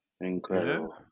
Incredible